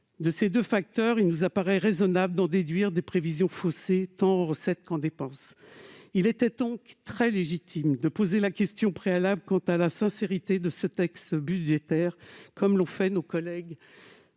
De ces deux facteurs, il nous paraît raisonnable de déduire des prévisions faussées, tant en recettes qu'en dépenses. Il était donc très légitime de poser la question préalable quant à la sincérité de ce texte budgétaire, comme l'ont fait nos collègues